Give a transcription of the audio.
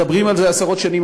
מדברים על זה עשרות שנים,